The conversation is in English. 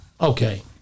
Okay